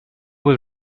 was